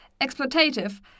exploitative